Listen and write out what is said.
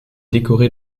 décoré